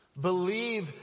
Believe